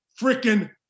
freaking